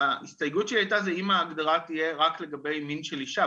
ההסתייגות שלי הייתה זה אם ההגדרה תהיה רק לגבי מין של אישה.